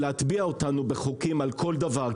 להטביע אותנו בחוקים על כל דבר.